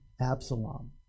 Absalom